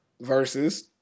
versus